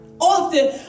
Often